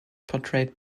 portrayed